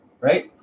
right